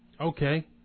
Okay